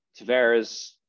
Tavares